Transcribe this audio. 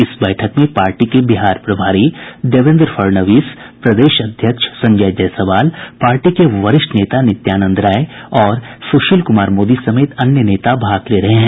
इस बैठक में पार्टी के बिहार प्रभारी देवेन्द्र फडणवीस प्रदेश अध्यक्ष संजय जायसवाल पार्टी के वरिष्ठ नेता नित्यानंद राय और सुशील कुमार मोदी समेत अन्य नेता भाग ले रहे हैं